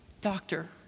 doctor